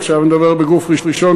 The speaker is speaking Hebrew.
עכשיו אני מדבר בגוף ראשון,